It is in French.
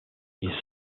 ils